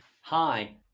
hi